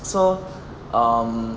so um